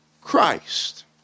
Christ